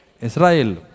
Israel